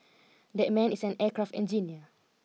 that man is an aircraft engineer